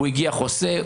הוא הגיע חוסה,